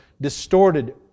distorted